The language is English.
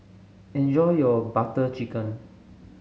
enjoy your Butter Chicken